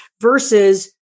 versus